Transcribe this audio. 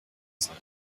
sein